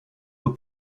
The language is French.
aux